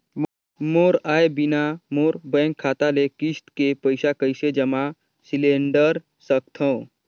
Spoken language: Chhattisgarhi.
मोर आय बिना मोर बैंक खाता ले किस्त के पईसा कइसे जमा सिलेंडर सकथव?